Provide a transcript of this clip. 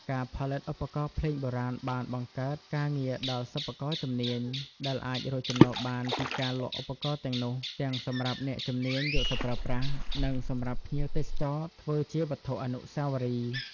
ការផលិតឧបករណ៍ភ្លេងបុរាណបានបង្កើតការងារដល់សិប្បករជំនាញ ដែលអាចរកចំណូលបានពីការលក់ឧបករណ៍ទាំងនោះ ទាំងសម្រាប់អ្នកជំនាញយកទៅប្រើប្រាស់ និងសម្រាប់ភ្ញៀវទេសចរធ្វើជាវត្ថុអនុស្សាវរីយ៍។